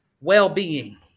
well-being